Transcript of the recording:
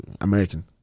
American